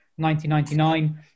1999